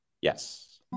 Yes